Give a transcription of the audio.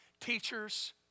teachers